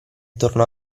tornò